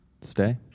stay